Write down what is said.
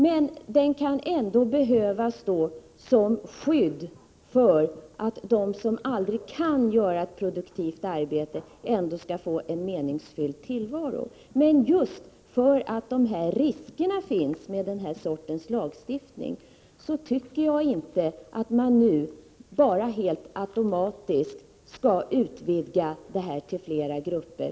Men denna omsorgsform kan ändå behövas som skydd för att de som aldrig kan utföra ett produktivt arbete ändå får en meningsfylld tillvaro. Men just därför att dessa risker finns med den här sortens lagstiftning tycker jag inte att man nu helt automatiskt skall utvidga detta till fler grupper.